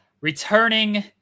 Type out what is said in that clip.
Returning